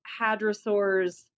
Hadrosaurs